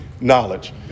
knowledge